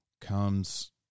comes